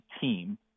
team